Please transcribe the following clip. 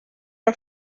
are